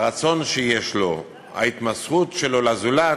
הרצון שיש לו, ההתמסרות שלו לזולת,